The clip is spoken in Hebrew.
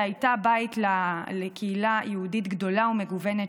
אלג'יריה הייתה בית לקהילה יהודית גדולה ומגוונת,